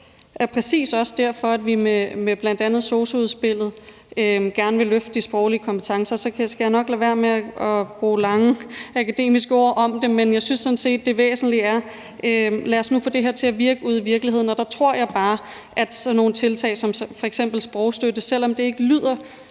Det er præcis også derfor, vi med bl.a. sosu-udspillet gerne vil løfte de sproglige kompetencer. Og så skal jeg nok lade være med at bruge lange akademiske ord om det, men jeg synes sådan set, det væsentlige er, at vi nu får det her til at virke ude i virkeligheden. Og der tror jeg bare, at sådan nogle tiltag som f.eks. sprogstøtte, selv om det ikke lyder